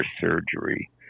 surgery